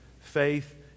Faith